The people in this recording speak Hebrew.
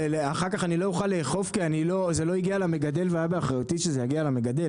אחר כך אני לא אוכל לאכוף כי זה לא הגיע והיה באחריותי שיגיע למגדל?